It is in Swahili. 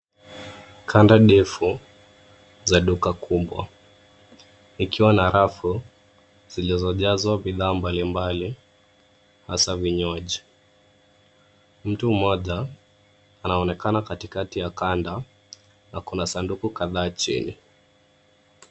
Kanda ndefu, za duka kubwa. Ikiwa na rafu, zilizojazwa bidhaa mbalimbali, hasaa vinywaji. Mtu mmoja, anaonekana katikati ya kanda, na kuna sanduku kadhaa chini.